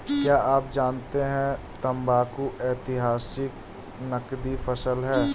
क्या आप जानते है तंबाकू ऐतिहासिक नकदी फसल है